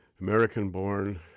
American-born